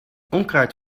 onkruid